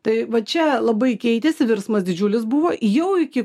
tai va čia labai keitėsi virsmas didžiulis buvo jau iki